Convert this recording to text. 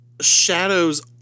Shadows